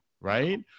right